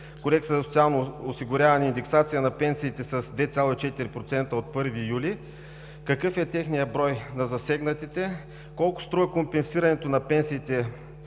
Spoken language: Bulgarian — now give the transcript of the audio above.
Кодекса за социално осигуряване индексация на пенсиите с 2,4% от 1 юли? Какъв е техният брой на засегнатите? Колко струва компенсирането на пенсиите